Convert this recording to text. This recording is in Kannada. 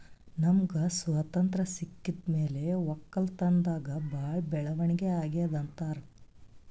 ನಮ್ಗ್ ಸ್ವತಂತ್ರ್ ಸಿಕ್ಕಿದ್ ಮ್ಯಾಲ್ ವಕ್ಕಲತನ್ದಾಗ್ ಭಾಳ್ ಬೆಳವಣಿಗ್ ಅಗ್ಯಾದ್ ಅಂತಾರ್